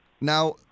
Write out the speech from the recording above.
Now